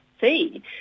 see